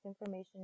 information